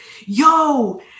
Yo